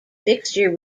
fixture